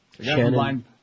Shannon